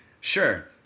Sure